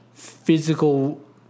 Physical